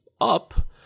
up